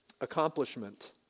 Accomplishment